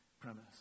premise